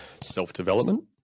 self-development